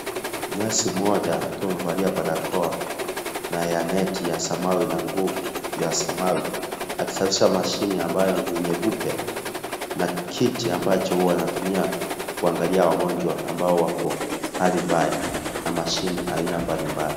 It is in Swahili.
Nesi mmoja akiwa amevalia barakoa ya neti ya samawi , akisafisha mashini ambayo ni nyeupe na kiti ambacho anatumia kuangalia wagonjwa ambao wako hali mbaya na mashine aina mbalimbali.